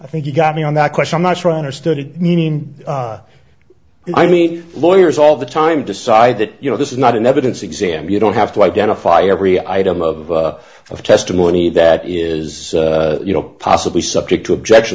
i think you got me on that question i'm not sure i understood it meaning i mean lawyers all the time decide that you know this is not an evidence exam you don't have to identify every item of of testimony that is you know possibly subject to objection